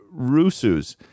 rusus